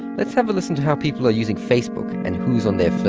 let's have a listen to how people are using facebook and who's on their